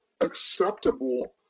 acceptable